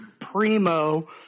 primo